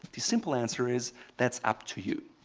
the simple answer is that's up to you.